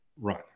run